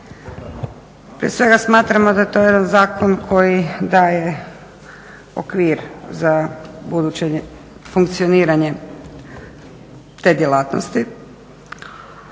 Prije svega smatramo da je to jedan zakon koji daje okvir za buduće funkcioniranje te djelatnosti.